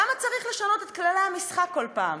למה צריך לשנות את כללי המשחק כל פעם?